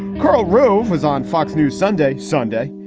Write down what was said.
karl rove was on fox news sunday sunday,